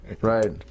right